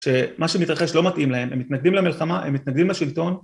שמה שמתרחש לא מתאים להם, הם מתנגדים למלחמה, הם מתנגדים לשלטון